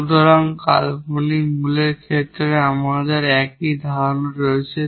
সুতরাং কাল্পনিক রুটের ক্ষেত্রে আমাদের একই ধারণা রয়েছে